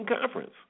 Conference